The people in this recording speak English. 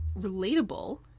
relatable